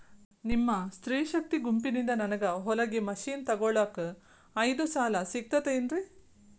ನಿಮ್ಮ ಸ್ತ್ರೇ ಶಕ್ತಿ ಗುಂಪಿನಿಂದ ನನಗ ಹೊಲಗಿ ಮಷೇನ್ ತೊಗೋಳಾಕ್ ಐದು ಸಾಲ ಸಿಗತೈತೇನ್ರಿ?